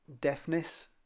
deafness